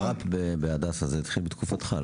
השר"פ בהדסה התחיל בתקופתך?